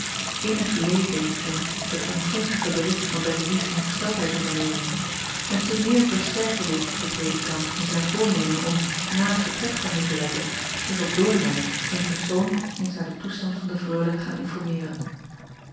innig leed deed het hun het ongunstige bericht van ettemies ongesteldheid te vernemen en te meer versterkte dit den predikant in zijn voornemen om na het vertrek van icolette zich op oornwijck in persoon eens naar den toestand van de reule te gaan informeeren